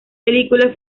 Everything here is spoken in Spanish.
películas